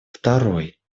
второй